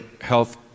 health